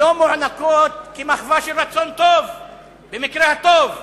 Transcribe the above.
ולא מוענקות כמחווה של רצון טוב במקרה הטוב.